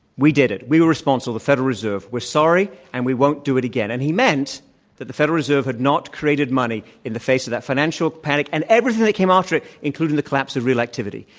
we did it. we were responsible, the federal reserve. we're sorry, and we won't do it again. and he meant that the federal reserve had not created money in the face of that financial panic. and everything that came after it, including the collapse of real activity.